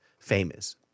Famous